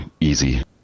easy